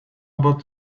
about